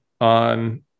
on